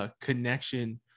connection